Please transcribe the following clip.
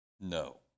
No